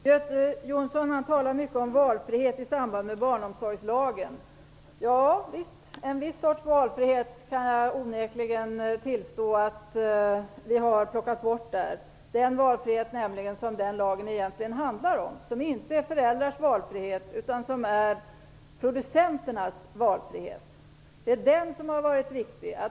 Fru talman! Göte Jonsson talar mycket om valfrihet i samband med barnomsorgslagen. Jag kan onekligen tillstå att vi har plockat bort en viss sorts valfrihet där. Det gäller den valfrihet som den lagen egentligen handlar om. Det är inte föräldrarnas valfrihet utan producenternas valfrihet. Det är den som har varit viktig.